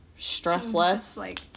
Stressless